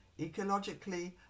ecologically